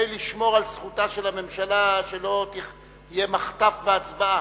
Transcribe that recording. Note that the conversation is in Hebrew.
על זכותה של הממשלה כדי שלא יהיה מחטף בהצבעה.